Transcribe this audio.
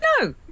No